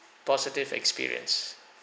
positive experience